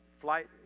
flight